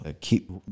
keep